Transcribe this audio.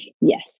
Yes